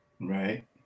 Right